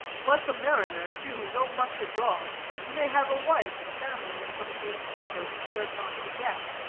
like a mariner, too, though much abroad, he may have a wife and family in some green harbor which he does not forget.